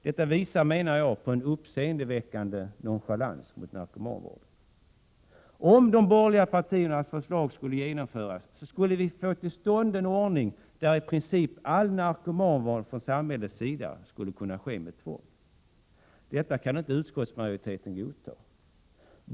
Detta visar, menar jag, på en uppseendeväckande nonchalans mot narkomanvården. Om de partiernas förslag skulle genomföras, skulle vi få till stånd en ordning, där i princip all narkomanvård från samhällets sida skulle kunna ske med tvång. Detta kan utskottsmajoriteten inte godta.